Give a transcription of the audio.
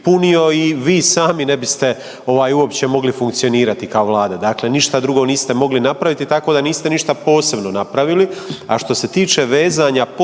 punio i vi sami ne biste uopće mogli funkcionirati kao Vlada. Dakle, ništa drugo niste mogli napraviti, tako da niste ništa posebno napravili.